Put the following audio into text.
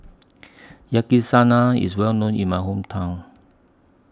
Yakizakana IS Well known in My Hometown